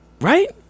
Right